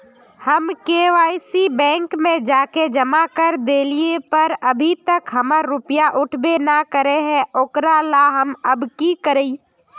हम KYC bank में जाके जमा कर देलिए पर अभी तक हमर रुपया उठबे न करे है ओकरा ला हम अब की करिए?